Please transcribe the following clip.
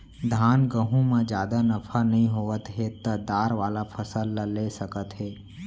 धान, गहूँ म जादा नफा नइ होवत हे त दार वाला फसल ल ले सकत हे